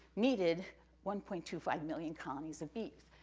needed one point two five million colonies of bees,